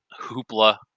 hoopla